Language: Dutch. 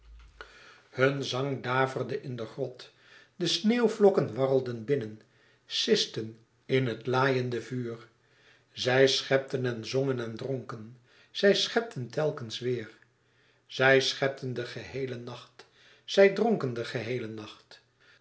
hun zang daverde in de grot de sneeuwvlokken warrelden binnen sisten in het laaiende vuur zij schepten en zongen en dronken zij schepten telkens weêr zij schepten de geheele nacht zij dronken de geheele nacht